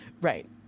Right